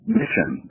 mission